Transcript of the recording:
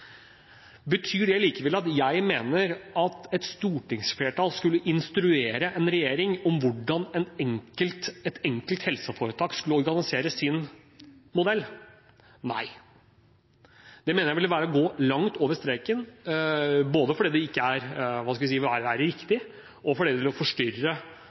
Betyr det likevel at jeg mener at et stortingsflertall skulle instruere en regjering om hvordan et enkelt helseforetak skulle organisere sin modell? Nei, det mener jeg ville være å gå langt over streken, både fordi det ikke vil være riktig, og fordi det ville forstyrre de